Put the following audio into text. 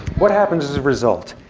what happens as a result.